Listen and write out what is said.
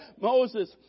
moses